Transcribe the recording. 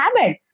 habit